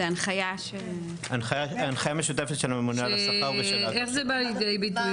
הנחיה משותפת של הממונה על השכר ושל -- איך זה בא לידי ביטוי,